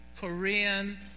Korean